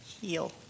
heal